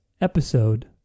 episode